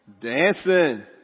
Dancing